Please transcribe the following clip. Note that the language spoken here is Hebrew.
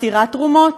מסתירה תרומות.